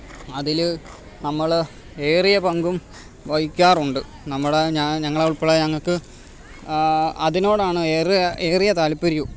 അതിൽ നമ്മൾ ഏറിയ പങ്കും വഹിക്കാറുണ്ട് നമ്മുടെ ഞങ്ങൾ ഉൾപ്പെടെ ഞങ്ങൾക്ക് അതിനോടാണ് ഏറിയ താൽപര്യവും